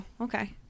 okay